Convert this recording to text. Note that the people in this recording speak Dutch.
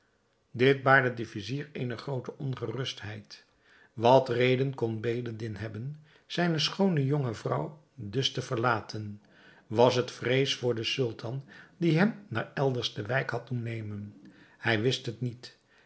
dit baarde den vizier eene groote ongerustheid wat reden kon bedreddin hebben zijne schoone jonge vrouw dus te verlaten was het vrees voor den sultan die hem naar elders de wijk had doen nemen hij wist het niet